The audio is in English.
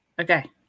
Okay